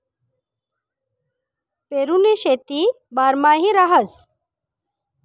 पेरुनी शेती बारमाही रहास